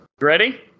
Ready